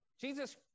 Jesus